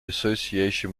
association